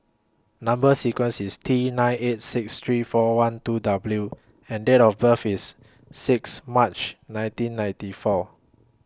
Number sequence IS T nine eight six three four one two W and Date of birth IS six March nineteen ninety four